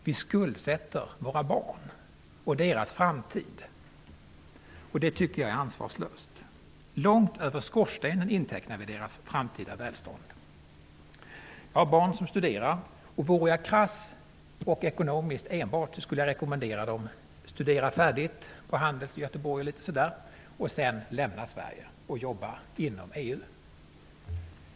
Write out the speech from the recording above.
Vi skuldsätter våra barn och deras framtid, och det tycker jag är ansvarslöst. Långt över skorstenen intecknar vi deras framtida välstånd. Jag har barn som studerar. Vore jag krass och enbart resonerade ekonomiskt, skulle jag rekomendera dem: Studera färdigt på Handels i Göteborg, lämna sedan Sverige och jobba inom EU!